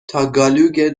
تاگالوگ